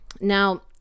now